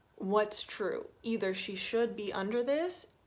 what's true either she should be under this